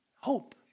Hope